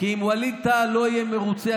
כי אם ווליד טאהא לא יהיה מרוצה,